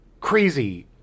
crazy